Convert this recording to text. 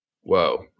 Whoa